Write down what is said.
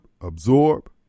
absorb